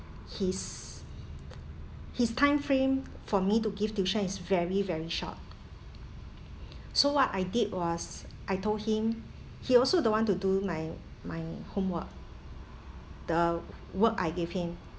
his his time frame for me to give tuition is very very short so what I did was I told him he also don't want to do my my homework the work I gave him